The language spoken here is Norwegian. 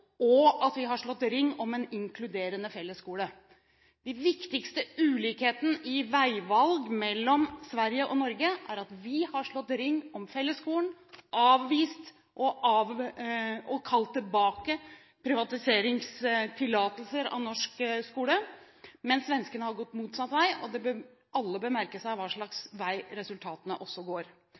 og at vi har slått ring om en inkluderende fellesskole. Den viktigste ulikheten i veivalg mellom Sverige og Norge er at vi har slått ring om fellesskolen, avvist og kalt tilbake privatiseringstillatelser i norsk skole. Svenskene har gått motsatt vei. Alle bør merke seg hvilken vei resultatene går. Det er også interessant for denne debatten at Utdanningsdirektoratet i går